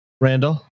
Randall